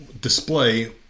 display